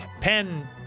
Pen